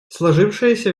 сложившаяся